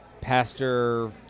pastor